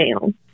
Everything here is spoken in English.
down